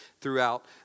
throughout